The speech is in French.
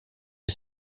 est